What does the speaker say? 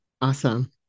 Awesome